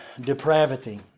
depravity